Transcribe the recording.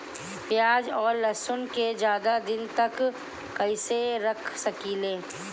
प्याज और लहसुन के ज्यादा दिन तक कइसे रख सकिले?